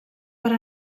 per